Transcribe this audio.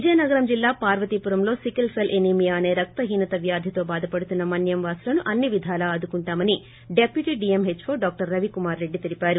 విజయనగరం జిల్లా పార్వతీపురం లో sickle cell anemia అసే రక్తహీనత వ్యాధితో బాధ పడుతున్న మన్నం వాసులను అన్ని విధాలా ఆదుకుంటామని deputy DMHO doctor Ravikumar Reddy చెప్పారు